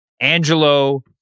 Angelo